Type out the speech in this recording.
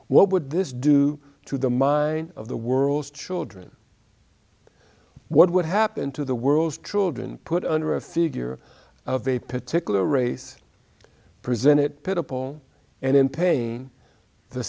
what would this do to the mind of the world's children what would happen to the world's children put under a figure of a particular race present it pitiful and in pain the